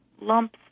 lumps